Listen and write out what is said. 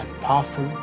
powerful